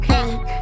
Pink